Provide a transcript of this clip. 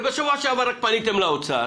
ובשבוע שעבר רק פניתם לאוצר